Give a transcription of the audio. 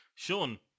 Sean